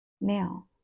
now